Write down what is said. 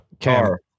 Car